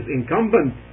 incumbent